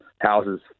houses